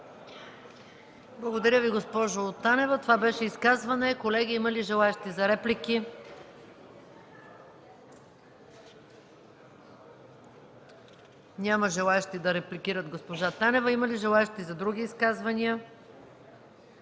Благодаря Ви, госпожо Танева. Това беше изказване. Колеги, има ли желаещи за реплики? Няма желаещи да репликират госпожа Танева. Има ли желаещи за други изказвания?